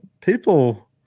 People